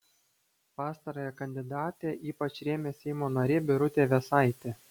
pastarąją kandidatę ypač rėmė seimo narė birutė vėsaitė